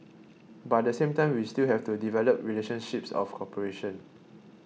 but at the same time we still have to develop relationships of cooperation